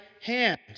hand